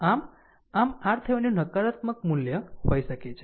આમ આમ RThevenin નું નકારાત્મક મૂલ્ય હોઈ શકે છે